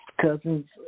cousins